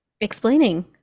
explaining